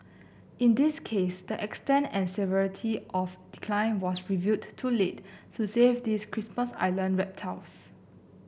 in this case the extent and severity of decline was revealed too late to save these Christmas Island reptiles